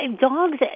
dogs